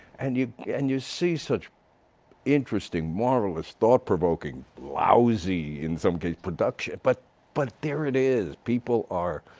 and you yeah and you see such interesting, marvelous, thought provoking, lousy, in some cases, production. but but there it is people are